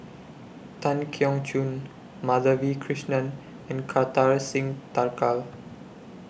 Tan Keong Choon Madhavi Krishnan and Kartar Singh Thakral